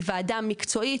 היא וועדה מקצועית,